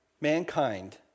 mankind